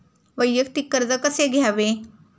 वैयक्तिक कर्ज कसे घ्यावे?